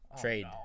trade